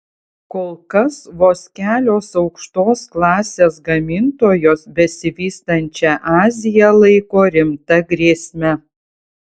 kol kas vos kelios aukštos klasės gamintojos besivystančią aziją laiko rimta grėsme